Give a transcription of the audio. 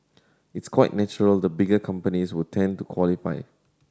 it's quite natural the bigger companies would tend to qualify